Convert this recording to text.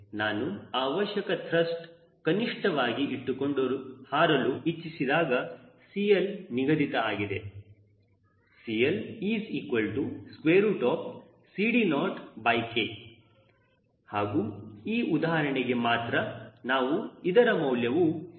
ನಾನು ಅವಶ್ಯಕ ತ್ರಸ್ಟ್ ಕನಿಷ್ಠವಾಗಿ ಇಟ್ಟುಕೊಂಡು ಹಾರಲು ಇಚ್ಚಿಸಿದಾಗ CL ನಿಗದಿತಆಗಿದೆ CLCD0K ಹಾಗೂ ಈ ಉದಾಹರಣೆಗೆ ಮಾತ್ರ ನಾವು ಇದರ ಮೌಲ್ಯವನ್ನು 0